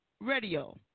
Radio